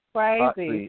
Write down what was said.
Crazy